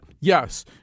yes